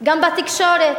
גם בתקשורת,